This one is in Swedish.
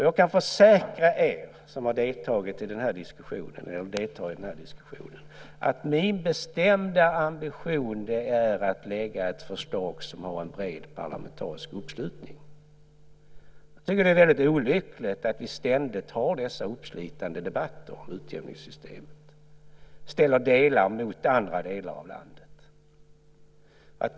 Jag kan försäkra er som deltar i den här diskussionen att min bestämda ambition är att lägga fram ett förslag som har en bred parlamentarisk uppslutning. Jag tycker att det är mycket olyckligt att vi ständigt har dessa uppslitande debatter om utjämningssystemet, ställer delar av landet mot andra delar.